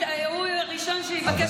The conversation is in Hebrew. הוא הראשון שיבקש ממך את השמות.